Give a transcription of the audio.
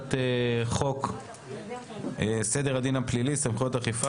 והצעת חוק סדר הדין הפלילי (סמכויות אכיפה